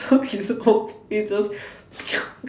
so his whole freaking just